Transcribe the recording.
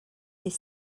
des